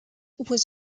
was